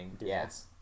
Yes